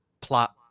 plot